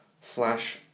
slash